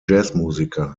jazzmusiker